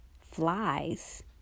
flies